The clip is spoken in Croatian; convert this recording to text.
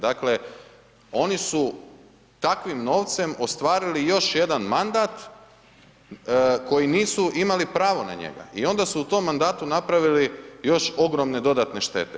Dakle oni su takvim novcem ostvarili još jedan mandat koji nisu imali pravo na njega i onda su u tom mandatu napravili još ogromne dodatne štete.